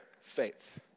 faith